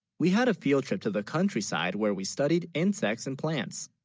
we had a field trip to the countryside, where, we studied insects and plants